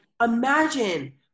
imagine